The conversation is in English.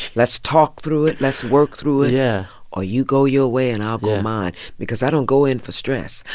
let's talk through it. let's work through it yeah or you go your way, and i'll go mine yeah because i don't go in for stress.